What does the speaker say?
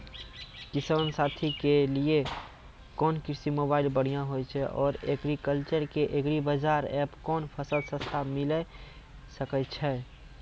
किसान साथी के लिए कोन कृषि मोबाइल बढ़िया होय छै आर एग्रीकल्चर के एग्रीबाजार एप कोन फसल सस्ता मिलैल सकै छै?